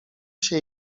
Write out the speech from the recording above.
się